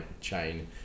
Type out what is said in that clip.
chain